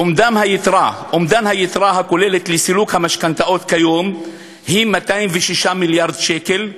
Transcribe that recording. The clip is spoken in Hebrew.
אומדן היתרה הכוללת לסילוק המשכנתאות כיום היא 206 מיליארד שקל,